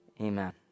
amen